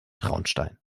traunstein